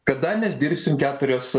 kada mes dirbsim keturias